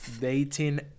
Dating